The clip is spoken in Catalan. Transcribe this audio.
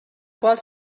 qual